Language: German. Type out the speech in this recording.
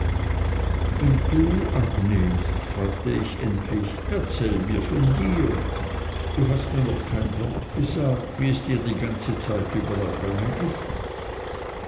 und du agnes fragte ich endlich erzähl mir von dir du hast mir noch kein wort gesagt wie es dir die ganze zeit über ergangen ist